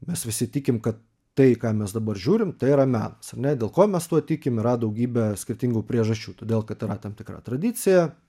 mes visi tikim kad tai ką mes dabar žiūrim tai yra menas ar ne dėl ko mes tuo tikim yra daugybė skirtingų priežasčių todėl kad yra tam tikra tradicija